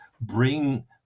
bring